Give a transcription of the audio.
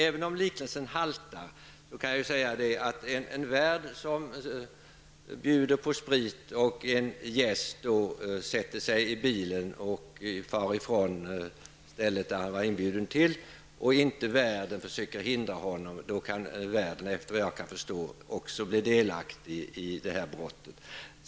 Även om liknelsen haltar kan jag säga att om en värd bjuder en gäst på sprit och sedan inte försöker hindra denne att köra bil därifrån kan värden, efter vad jag förstår, också bli delaktig i det brottet.